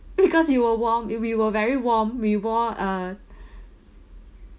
because you were warm it we were very warm we warm uh